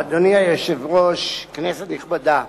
אדוני היושב-ראש, כנסת נכבדה,